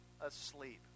asleep